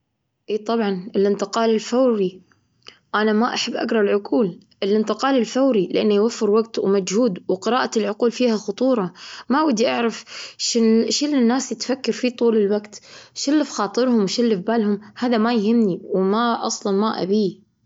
إيه، طبعا، الانتقال الفوري. أنا ما أحب أقرأ العقول. الانتقال الفوري لأنه يوفر وقت ومجهود، وقراءة العقول فيها خطورة. ما ودي أعرف شن-شنو الناس تفكر فيه طول الوقت. شو اللي في خاطرهم؟ شو اللي في بالهم؟ هذا ما يهمني، وما أصلا ما أبيه.